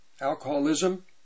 alcoholism